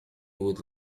would